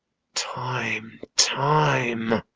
time, time!